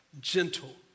gentle